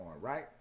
right